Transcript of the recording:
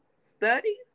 studies